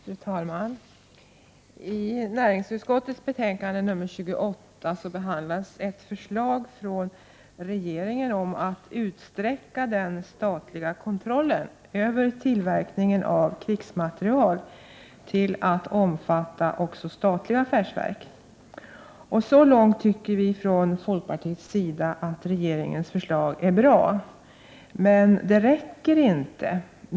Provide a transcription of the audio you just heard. Fru talman! I näringsutskottets betänkande 28 behandlas ett förslag från regeringen om att utsträcka den statliga kontrollen över tillverkningen av krigsmateriel till att omfatta också statliga affärsverk. Så långt tycker vi från folkpartiets sida att regeringens förslag är bra. Men det räcker inte.